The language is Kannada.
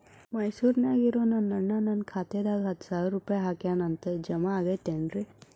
ಮೈಸೂರ್ ನ್ಯಾಗ್ ಇರೋ ನನ್ನ ಅಣ್ಣ ನನ್ನ ಖಾತೆದಾಗ್ ಹತ್ತು ಸಾವಿರ ರೂಪಾಯಿ ಹಾಕ್ಯಾನ್ ಅಂತ, ಜಮಾ ಆಗೈತೇನ್ರೇ?